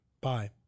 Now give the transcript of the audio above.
Bye